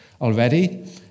already